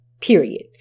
period